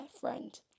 friend